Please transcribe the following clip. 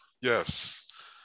Yes